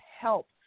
help